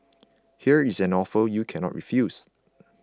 here's an offer you cannot refuse